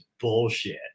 bullshit